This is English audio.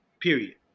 Period